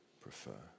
prefer